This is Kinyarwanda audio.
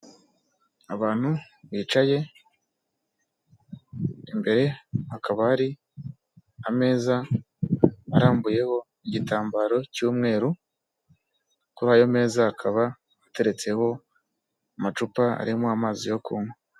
Abantu bicaye imbere hakaba hari ameza arambuyeho igitambaro cy'umweru, kuri ayo meza hakaba hateretseho amacupa arimo amazi yo kunywa.